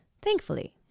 thankfully